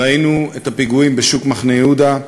ראינו את הפיגועים בשוק מחנה-יהודה,